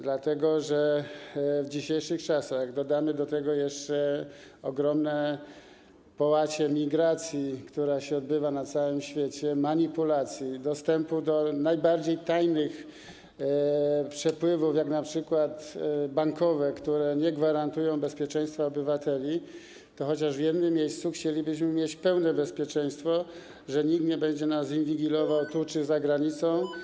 Dlatego że w dzisiejszych czasach, jak dodamy do tego jeszcze ogromną skalę migracji, która się odbywa na całym świecie, manipulacji i dostępu do najbardziej tajnych przepływów, jak np. przepływy bankowe, które nie gwarantują bezpieczeństwa obywateli, chociaż w jednym miejscu chcielibyśmy mieć pełne bezpieczeństwo, to, że nikt nie będzie nas inwigilował tu czy za granicą.